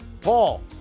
Paul